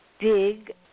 big